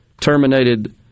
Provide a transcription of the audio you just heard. terminated